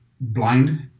blind